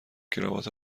کراوات